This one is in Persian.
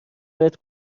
بهت